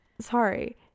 Sorry